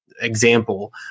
example